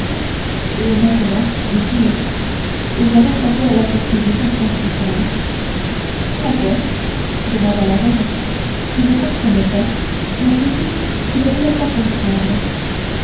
et maintenant dit-il il me reste à faire la perquisition principale laquelle demanda la reine qui ne comprenait pas ou plutôt qui ne voulait pas comprendre